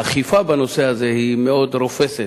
האכיפה בנושא הזה היא מאוד רופסת.